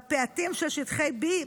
בפאתי שטחי B,